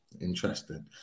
Interesting